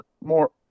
more